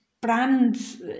brands